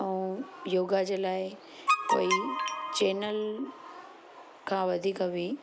ऐं योगा जे लाइ कोई चैनल खां वधीक बि